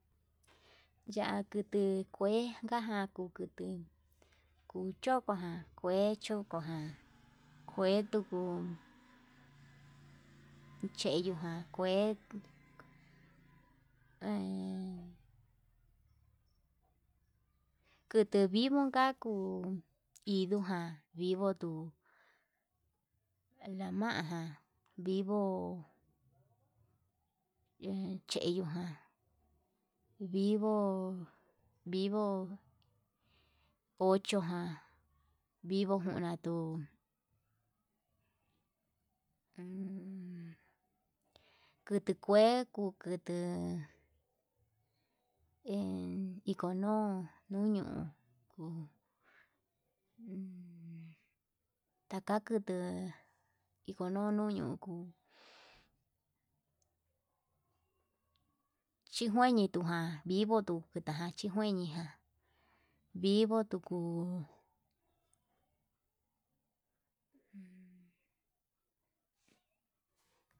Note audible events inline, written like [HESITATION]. Yakutu kuenka ján kukutu kuu chokojan kue chokojan, kue tuku yeyoján kue [HESITATION] kutu vivon kakuu iho ján vivo tuu lamajan vivo yeyuján vivo vivo ocho ján, vivo juna tuu [HESITATION] tukue kukutu en ikono nuño'o uu ummm taka kutuu ikono nuñuku, chijueñetuján vivotu chikue ñe'e jan vivo tukuu. [HESITATION]